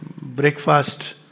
breakfast